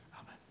Amen